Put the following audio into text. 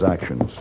actions